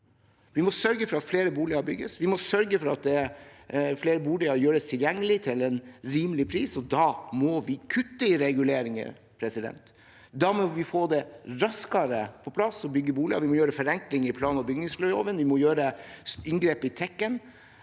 Vi må sørge for at flere boliger gjøres tilgjengelige til en rimelig pris, og da må vi kutte i reguleringer. Da må vi få det raskere på plass og bygge boliger. Vi må gjøre forenklinger i plan- og bygningsloven, vi må gjøre inngrep i TEK-en.